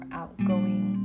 outgoing